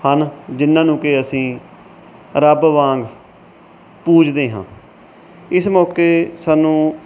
ਹਨ ਜਿਹਨਾਂ ਨੂੰ ਕਿ ਅਸੀਂ ਰੱਬ ਵਾਂਗ ਪੂਜਦੇ ਹਾਂ ਇਸ ਮੌਕੇ ਸਾਨੂੰ